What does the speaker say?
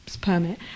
permit